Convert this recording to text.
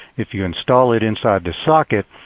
if you install it inside the socket,